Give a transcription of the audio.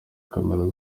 camera